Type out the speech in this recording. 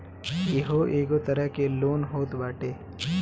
इहो एगो तरह के लोन होत बाटे